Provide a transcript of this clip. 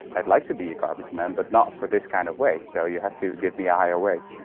i'd like to be a garbage man but not for this kind of wage, so you have to give me a higher wage.